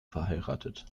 verheiratet